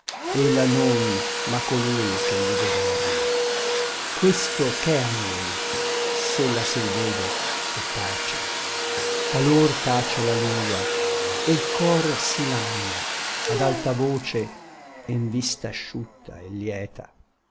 ella non ma colui che gli governa questo ch'è a noi s'ella s'el vede et tace talor tace la lingua e l cor si lagna ad alta voce e n vista asciutta et lieta